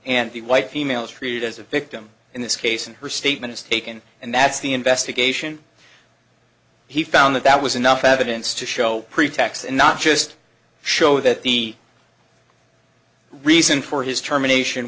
the white females treated as a victim in this case and her statement is taken and that's the investigation he found that that was enough evidence to show pretax and not just show that the reason for his term a nation